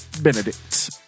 Benedict